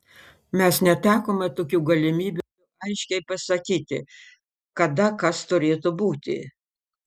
mes netekome tokių galimybių aiškiai pasakyti kada kas turėtų būti